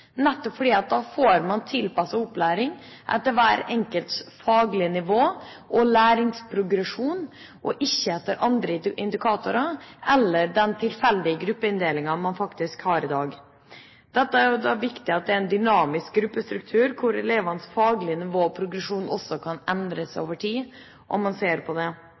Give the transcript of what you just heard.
nettopp fordi man da får tilpasset opplæring etter hver enkelts faglige nivå og læringsprogresjon, og ikke etter andre indikatorer – eller den tilfeldige gruppeinndelingen man faktisk har i dag. Det er viktig at det er en dynamisk gruppestruktur, der elevenes faglige nivå og progresjon også kan endre seg over tid, og at man ser på det.